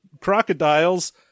crocodiles